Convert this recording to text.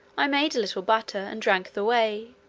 i made a little butter, and drank the whey.